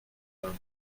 femme